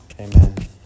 Amen